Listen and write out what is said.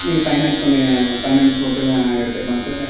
நீங்கள் ஃபைனான்ஸ் பண்ணி ஃபைனான்ஸ் போட்டு எடுத்துக்கலாம் சார்